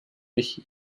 mich